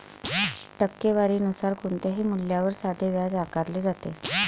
टक्केवारी नुसार कोणत्याही मूल्यावर साधे व्याज आकारले जाते